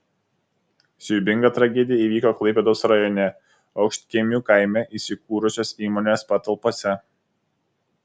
siaubinga tragedija įvyko klaipėdos rajone aukštkiemių kaime įsikūrusios įmonės patalpose